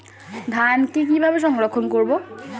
ধানকে কিভাবে সংরক্ষণ করব?